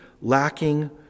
lacking